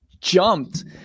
jumped